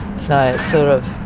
so it's sort of